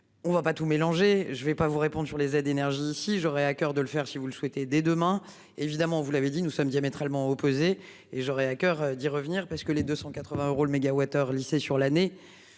On ne va pas tout mélanger. Je ne vais pas vous répondre sur les aides énergie si j'aurai à coeur de le faire si vous le souhaitez. Dès demain, évidemment vous l'avez dit, nous sommes diamétralement opposées et j'aurai à coeur d'y revenir parce que les 280 euros le mégawattheure lissé sur l'année.